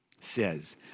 says